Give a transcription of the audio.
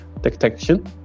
detection